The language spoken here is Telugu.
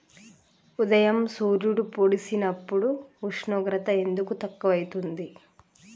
ఉదయం సూర్యుడు పొడిసినప్పుడు ఉష్ణోగ్రత ఎందుకు తక్కువ ఐతుంది?